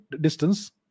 distance